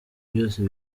byose